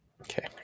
Okay